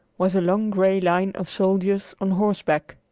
was a long gray line of soldiers on horseback.